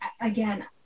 again